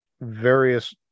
various